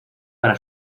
para